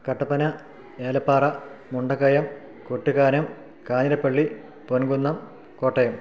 Kattappana Elappara Mundakayam Kottakkanam Kanjirappally Ponkunnam Kottayam